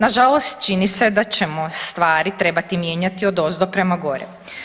Nažalost čini se da ćemo stvari trebati mijenjati odozdo prema gore.